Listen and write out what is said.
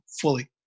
fully